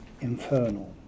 infernal